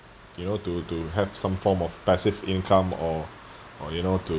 you know to to have some form of passive income or or you know to